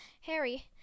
Harry